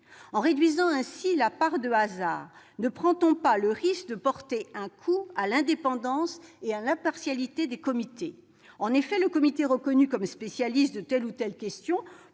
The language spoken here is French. En réduisant ainsi la part de hasard, ne prend-on pas le risque de porter un coup à l'indépendance et à l'impartialité des comités ? En effet, le comité reconnu comme spécialiste de telle ou telle question